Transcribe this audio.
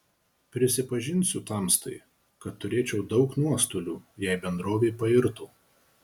prisipažinsiu tamstai kad turėčiau daug nuostolių jei bendrovė pairtų